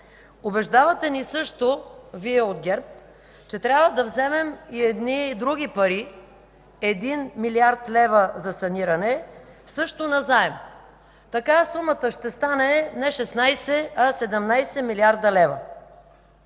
Убеждавате ни също, Вие от ГЕРБ, че трябва да вземем и едни други пари – 1 млрд. лв. за саниране, също на заем. Така сумата ще стане не 16, а 17 млрд. лв.